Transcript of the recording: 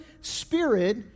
spirit